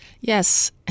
Yes